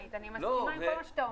אני מסכימה עם כל מה שאתה אומר.